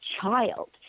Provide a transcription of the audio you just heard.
child